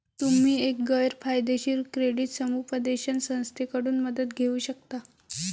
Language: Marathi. तुम्ही एक गैर फायदेशीर क्रेडिट समुपदेशन संस्थेकडून मदत घेऊ शकता